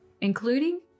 including